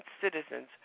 citizens